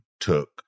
took